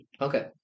Okay